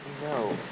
no